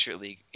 League